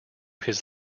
his